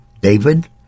David